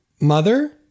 Mother